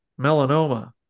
Melanoma